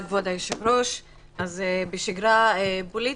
אז בשגרה פוליטית,